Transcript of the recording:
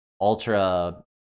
ultra